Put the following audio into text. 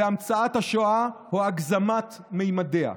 בהמצאת השואה או הגזמת ממדיה,